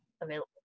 available